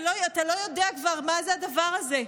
אתה כבר לא יודע מה זה הדבר הזה.